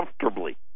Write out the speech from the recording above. comfortably